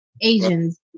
Asians